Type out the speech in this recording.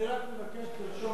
אני רק מבקש לרשום